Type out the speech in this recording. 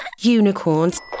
unicorns